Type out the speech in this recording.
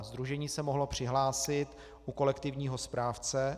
Sdružení se mohlo přihlásit u kolektivního správce.